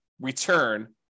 return